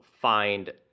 find